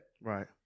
Right